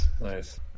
Nice